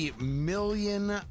million